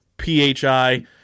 phi